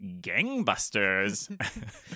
gangbusters